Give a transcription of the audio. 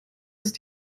ist